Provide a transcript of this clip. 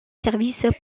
service